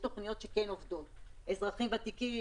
תוכניות שכן עובדות אזרחים ותיקים,